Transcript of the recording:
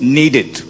needed